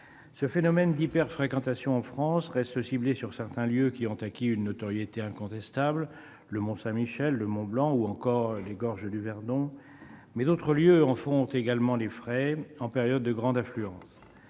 ce phénomène d'hyper-fréquentation reste ciblé sur certains lieux qui ont acquis une notoriété incontestable comme le Mont-Saint-Michel, le Mont-Blanc ou encore les gorges du Verdon. Mais d'autres lieux en font également les frais en période de grande affluence.